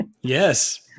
Yes